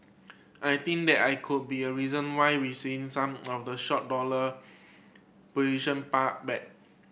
I think that I could be a reason why we seeing some of the short dollar position back